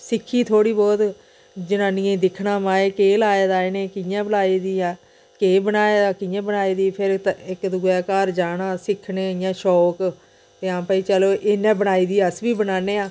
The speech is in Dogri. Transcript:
सिक्खी थोह्ड़ी बोह्त जनानियें दिक्खना माए केह् लाए दा इनें कियां लाई दी ऐ केह् बनाया कियां बनाई दी फिर इक दुए दे घर जाना सिक्खने इ'यां शौक केह् हां भाई चलो इन्नै बनाई दी अस बी बनाने आं